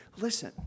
Listen